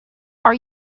are